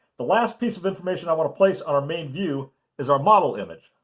the last piece of information i want to place on our main view is our model image.